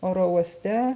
oro uoste